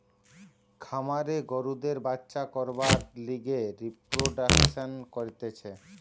খামারে গরুদের বাচ্চা করবার লিগে রিপ্রোডাক্সন করতিছে